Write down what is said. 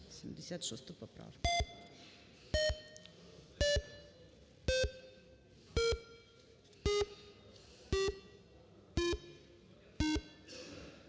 76 поправку.